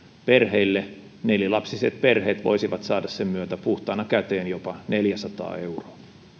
perheille nelilapsiset perheet voisivat saada sen myötä jopa neljäsataa euroa